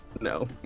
No